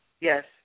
Yes